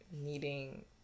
needing